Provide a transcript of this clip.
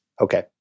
Okay